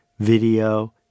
video